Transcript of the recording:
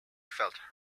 felt